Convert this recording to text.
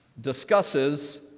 discusses